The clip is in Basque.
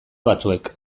batzuek